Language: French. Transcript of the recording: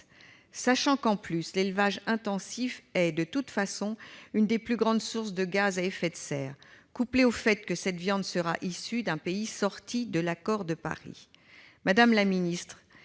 Il faut le savoir, l'élevage intensif est l'une des plus grandes sources de gaz à effet de serre, couplé au fait que cette viande sera issue d'un pays sorti de l'accord de Paris. Madame la secrétaire